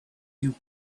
you